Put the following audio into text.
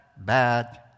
Bad